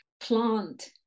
plant